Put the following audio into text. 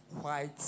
white